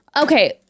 Okay